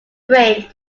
brain